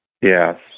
Yes